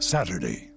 Saturday